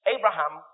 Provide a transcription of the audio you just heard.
Abraham